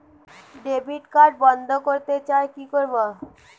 Debit card বন্ধ করতে চাই কি করব?